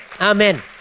Amen